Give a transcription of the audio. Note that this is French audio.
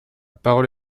parole